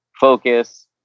focus